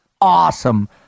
awesome